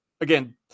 Again